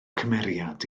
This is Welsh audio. cymeriad